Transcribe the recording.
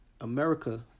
America